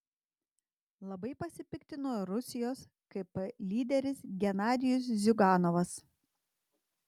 labai pasipiktino rusijos kp lyderis genadijus ziuganovas